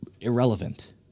irrelevant